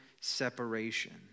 separation